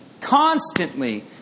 Constantly